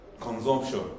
Consumption